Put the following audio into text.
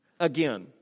Again